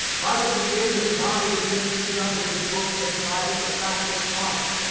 i would begin as carnegie simpson does in his book entitled, the fact of christ.